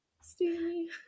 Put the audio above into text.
steamy